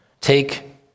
take